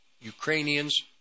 Ukrainians